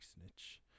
snitch